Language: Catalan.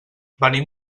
venim